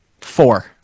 four